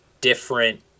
different